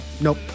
nope